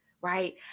right